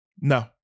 No